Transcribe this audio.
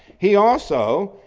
he also